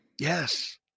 Yes